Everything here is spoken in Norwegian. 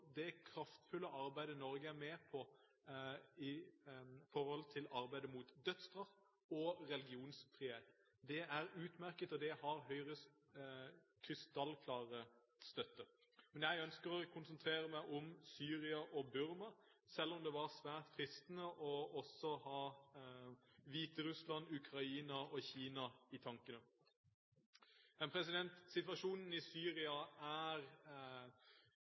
det kraftfulle arbeidet Norge er med på i arbeidet mot dødsstraff og religionsfrihet. Det er utmerket, og det har Høyres krystallklare støtte. Men jeg ønsker å konsentrere meg om Syria og Burma, selv om det var svært fristende også å ha Hviterussland, Ukraina og Kina i tankene. Situasjonen i Syria er